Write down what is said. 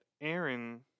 Aaron